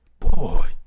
Boy